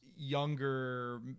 younger